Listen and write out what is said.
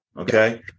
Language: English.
Okay